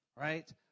right